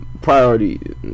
priority